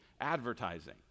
advertising